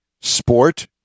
sport